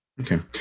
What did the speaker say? Okay